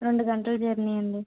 రెండు గంటల జర్నీ అండి